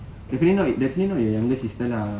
definitely not definitely not your younger sister lah